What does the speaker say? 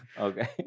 Okay